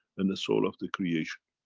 and the soul of the creation.